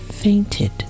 fainted